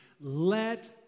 let